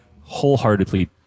wholeheartedly